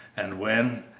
and when,